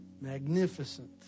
magnificent